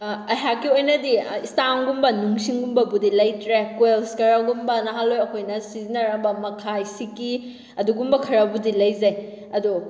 ꯑꯩꯍꯥꯛꯀꯤ ꯑꯣꯏꯅꯗꯤ ꯏꯁꯇꯥꯝꯒꯨꯝꯕ ꯅꯨꯡꯁꯤꯡꯒꯨꯝꯕꯕꯨꯗꯤ ꯂꯩꯇ꯭ꯔꯦ ꯀꯣꯏꯜꯁ ꯈꯔꯒꯨꯝꯕ ꯅꯍꯥꯜꯋꯥꯏ ꯑꯩꯈꯣꯏꯅ ꯁꯤꯖꯤꯟꯅꯔꯝꯕ ꯃꯈꯥꯏ ꯁꯤꯀꯤ ꯑꯗꯨꯒꯨꯝꯕ ꯈꯔꯕꯨꯗꯤ ꯂꯩꯖꯩ ꯑꯗꯨ